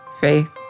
Faith